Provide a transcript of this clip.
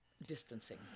distancing